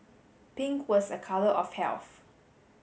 pink was a colour of health